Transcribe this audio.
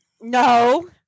No